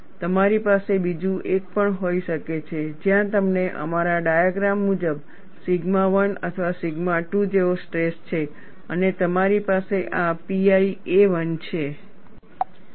તમારી પાસે બીજું એક પણ હોઈ શકે છે જ્યાં તમને અમારા ડાયાગ્રામ મુજબ સિગ્મા 1 અથવા સિગ્મા 2 જેવો સ્ટ્રેસ છે અને તમારી પાસે આ pi a 1 છે